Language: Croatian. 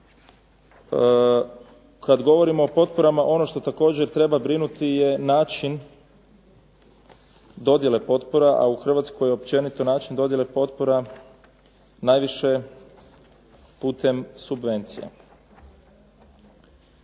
Kad govorimo o potporama ono što također treba brinuti je način dodjele potpora, a u Hrvatskoj je općenito način dodjele potpora najviše putem subvencija.